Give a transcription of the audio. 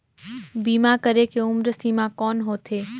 बीमा करे के उम्र सीमा कौन होथे?